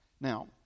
Now